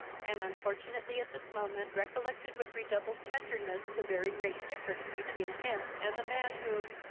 and unfortunately at this moment recollected with redoubled tenderness the very great difference between him and the man whom,